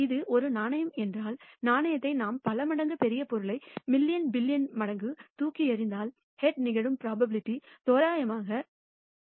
இது ஒரு நாணயம் என்றால் நாணயத்தை நாம் பல மடங்கு பெரிய பொருளை மில்லியன் பில்லியன் மடங்கு தூக்கி எறிந்தால் ஹெட் நிகழும் ப்ரோபபிலிட்டி தோராயமாக 0